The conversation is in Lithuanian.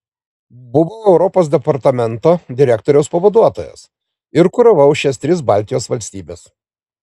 buvau europos departamento direktoriaus pavaduotojas ir kuravau šias tris baltijos valstybes